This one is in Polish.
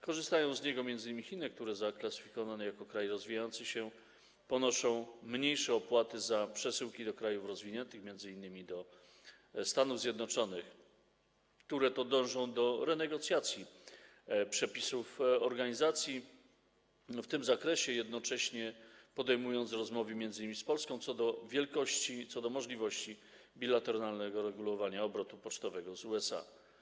Korzystają z niego m.in. Chiny, które zaklasyfikowane jako kraj rozwijający się ponoszą mniejsze opłaty za przesyłki do krajów rozwiniętych, m.in. Stanów Zjednoczonych, które to dążą do renegocjacji przepisów organizacji w tym zakresie, jednocześnie podejmując rozmowy, m.in. z Polską, co do wielkości, co do możliwości bilateralnego regulowania obrotu pocztowego z USA.